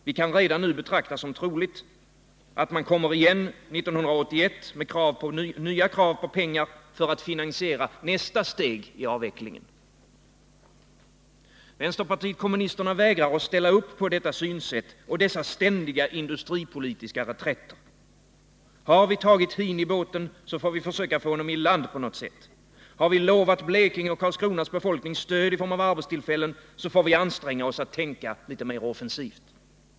Vi kan redan nu betrakta som troligt, att regeringen kommer igen 1981 med nya krav på pengar för att finansiera nästa Vänsterpartiet kommunisterna vägrar att ställa upp på detta synsätt och dessa ständiga industripolitiska reträtter. Har vi tagit hin i båten, får vi söka få honom i land på något sätt. Har vi lovat Blekinge och Karlskronas befolkning stöd i form av arbetstillfällen, så får vi anstränga oss att tänka mer offensivt.